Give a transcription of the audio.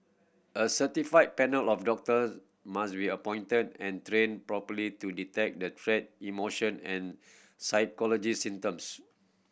a certified panel of doctors must be appointed and properly to detect the treat emotion and psychology symptoms